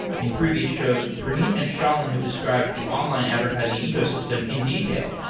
in previous shows, praneet and shailin have described the online advertising ecosystem in detail.